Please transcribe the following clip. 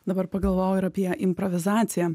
dabar pagalvojau ir apie improvizaciją